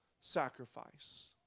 sacrifice